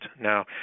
Now